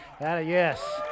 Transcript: Yes